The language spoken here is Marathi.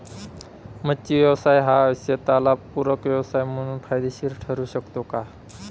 मच्छी व्यवसाय हा शेताला पूरक व्यवसाय म्हणून फायदेशीर ठरु शकतो का?